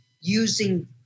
using